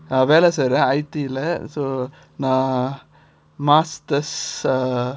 uh வேலை செய்றேன்:vela seiren I_T lah so ah masters uh